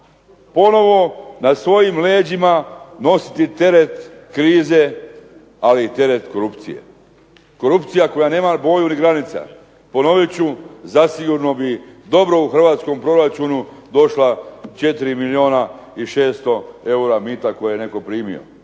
ponovo na svojim leđima nositi teret krize, ali i teret korupcije. Korupcija koja nema boju ni granica, ponovit ću, zasigurno bi dobro u hrvatskom proračunu došla 4 milijuna i 600 tisuća eura mita koje je netko primio.